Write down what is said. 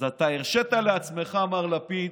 אז אתה הרשית לעצמך, מר לפיד,